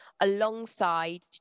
alongside